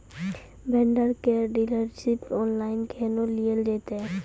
Vendor केर dealership online केहनो लियल जेतै?